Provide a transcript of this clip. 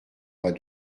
pas